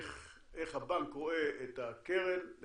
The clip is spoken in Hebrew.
איך הבנק רואה את הקרן,